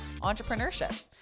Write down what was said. entrepreneurship